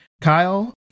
Kyle